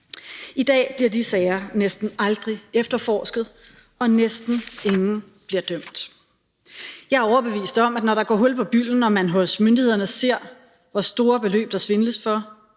I dag bliver de sager næsten aldrig efterforsket, og næsten ingen bliver dømt. Jeg er overbevist om, at når der går hul på bylden og man hos myndighederne ser, hvor store beløb der svindles for,